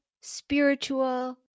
spiritual